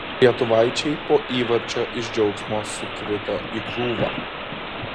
lietuvaičiai po įvarčio iš džiaugsmo sukrito į krūvą